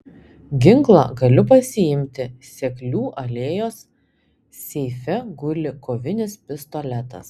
ginklą galiu pasiimti seklių alėjos seife guli kovinis pistoletas